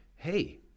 Hey